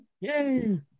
yay